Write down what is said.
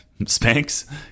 Spanx